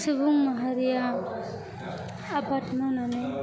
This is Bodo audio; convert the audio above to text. सुबुं माहारिया आबाद मावनानै